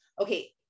okay